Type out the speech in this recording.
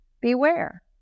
beware